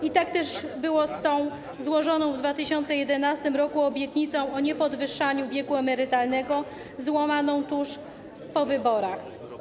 I tak też było z tą złożoną w 2011 r. obietnicą o niepodwyższaniu wieku emerytalnego, złamaną tuż po wyborach.